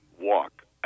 walk